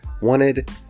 wanted